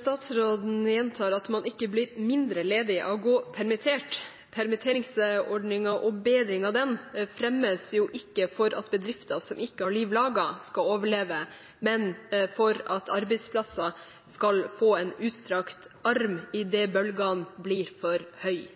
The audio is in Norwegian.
Statsråden gjentar at man ikke blir mindre ledig av å gå permittert. Bedring av permitteringsordningen fremmes jo ikke for at bedrifter som ikke er liv laga, skal overleve, men for at arbeidsplasser skal få en utstrakt arm idet bølgene blir for høye.